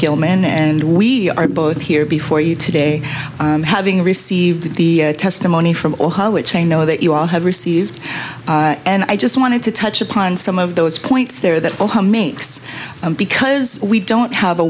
gilman and we are both here before you today having received the testimony from ohio which a no that you all have received and i just wanted to touch upon some of those points there that makes because we don't have a